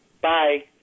Bye